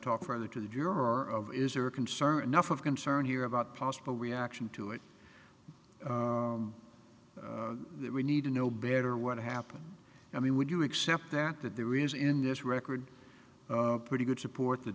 talk further to the juror of is are concerned enough of concern here about possible reaction to it we need to know better what happened i mean would you accept that that the reason in this record pretty good support the